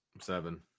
seven